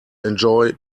enjoy